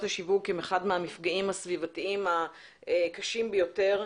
השיווק הן אחד מהמפגעים הסביבתיים הקשים ביותר.